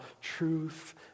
truth